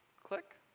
click.